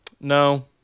No